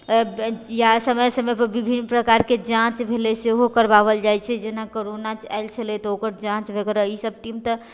या समय समयपर विभिन्न प्रकारके जाँच भेलै सेहो करबाएल जाइ छै जेना कोरोना आएल छलै तऽ ओकर जाँच वगैरह ईसब टीम तऽ